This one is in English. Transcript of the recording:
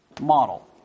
model